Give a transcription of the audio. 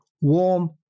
Warm